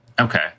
okay